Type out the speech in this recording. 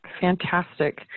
Fantastic